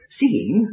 seeing